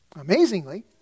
Amazingly